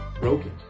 broken